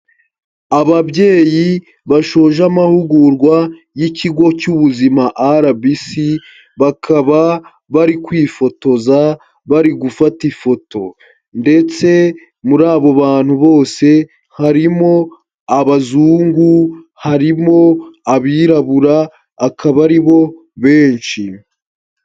Ababyeyi bashoje amahugurwa y'ikigo cy'ubuzima RBC, bakaba bari kwifotoza, bari gufata ifoto ndetse muri abo bantu bose harimo abazungu, harimo abirabura, akaba ari bo benshi.